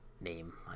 name